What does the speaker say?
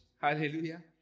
hallelujah